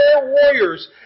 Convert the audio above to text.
warriors